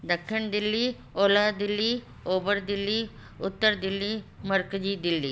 ॾखिण दिल्ली ओलह दिल्ली ओभर दिल्ली उत्तर दिल्ली मर्कज़ी दिल्ली